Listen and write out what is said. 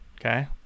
Okay